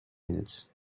minutes